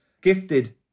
gifted